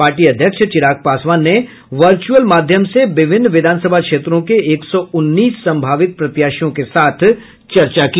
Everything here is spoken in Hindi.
पार्टी अध्यक्ष चिराग पासवान ने वर्च्रअल माध्यम से विभिन्न विधानसभा क्षेत्रों के एक सौ उन्नीस संभावित प्रत्याशियों के साथ चर्चा की